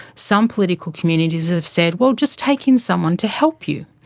some political communities have said well, just take in someone to help you.